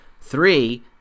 Three